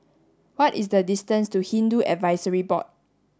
what is the distance to Hindu Advisory Board